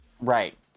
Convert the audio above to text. Right